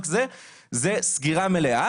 זה סגירה מלאה.